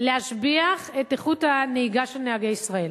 להשביח את איכות הנהיגה של נהגי ישראל,